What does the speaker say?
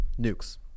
nukes